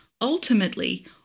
Ultimately